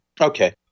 Okay